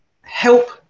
help